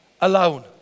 alone